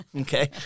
okay